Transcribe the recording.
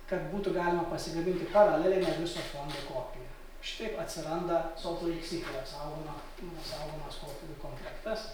kad būtų galima pasigaminti paralelinę viso fondo kopiją šitaip atsiranda solt leik sityje saugoma saugomas kopijų komplektas